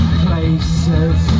places